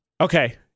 Okay